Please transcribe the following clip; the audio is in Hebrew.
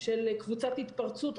של קבוצת התפרצות,